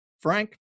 Frank